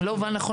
אם לא הובן נכון,